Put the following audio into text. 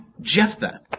Jephthah